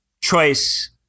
choice